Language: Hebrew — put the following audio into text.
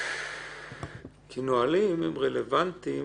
נהלים רלוונטיים